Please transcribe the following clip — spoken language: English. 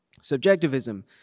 Subjectivism